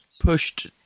pushed